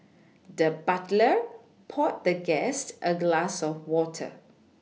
the butler poured the guest a glass of water